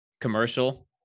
commercial